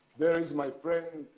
there is my friend,